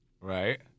Right